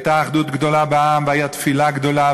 הייתה אחדות גדולה בעם והייתה תפילה גדולה,